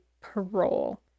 parole